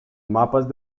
mapas